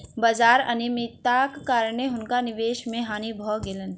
बाजार अनियमित्ताक कारणेँ हुनका निवेश मे हानि भ गेलैन